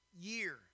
year